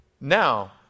now